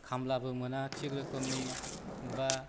खामलाबो मोना थिग रोखोमनि बा